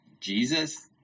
Jesus